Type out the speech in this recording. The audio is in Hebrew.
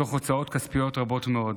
תוך הוצאות כספיות רבות מאוד.